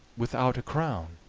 without a crown.